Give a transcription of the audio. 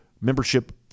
membership